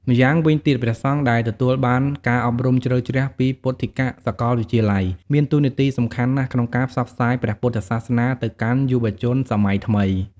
ម្យ៉ាងវិញទៀត ព្រះសង្ឃដែលទទួលបានការអប់រំជ្រៅជ្រះពីពុទ្ធិកសាកលវិទ្យាល័យមានតួនាទីសំខាន់ណាស់ក្នុងការផ្សព្វផ្សាយព្រះពុទ្ធសាសនាទៅកាន់យុវជនសម័យថ្មី។